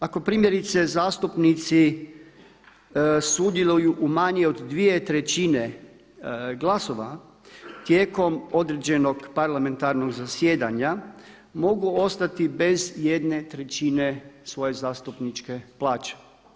Ako primjerice zastupnici sudjeluju u manje od dvije trećine glasova tijekom određenog parlamentarnog zasjedanja, mogu ostati bez jedne trećine svoje zastupničke plaće.